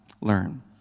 learn